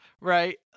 right